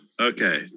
Okay